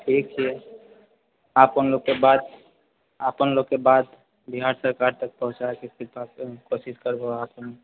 ठीक यऽ आपन लोककेँ बात आपन लोककेँ बात बिहार सरकार तक पहुँचाबएके कृपा कोशिश करबइ